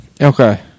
Okay